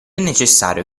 necessario